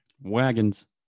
Wagons